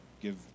give